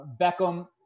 Beckham